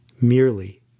merely